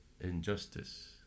injustice